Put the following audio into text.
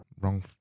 wrong